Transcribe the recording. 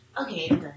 Okay